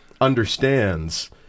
understands